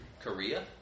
Korea